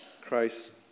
Christ